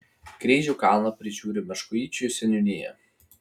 kryžių kalną prižiūri meškuičių seniūnija